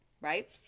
right